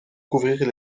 couvrir